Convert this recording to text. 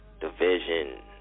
Division